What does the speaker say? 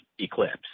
Eclipse